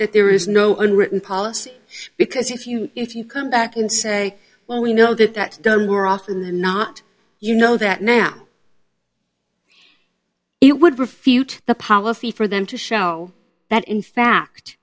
that there is no unwritten policy because if you if you come back and say well we know that that done more often than not you know that now it would refute the policy for them to show that in fact